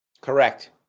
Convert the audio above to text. correct